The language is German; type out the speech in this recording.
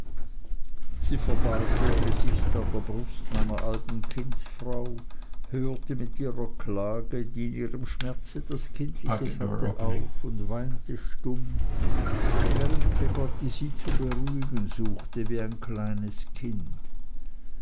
sie verbarg ihr gesicht an der brust meiner alten kindsfrau hörte mit ihrer klage die in ihrem schmerz etwas kindliches hatte auf und weinte stumm während peggotty sie zu beruhigen suchte wie ein kleines kind